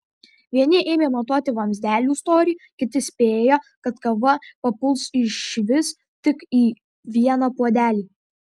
vieni ėmė matuoti vamzdelių storį kiti spėjo kad kava papuls išvis tik į vieną puodelį